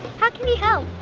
how can we help?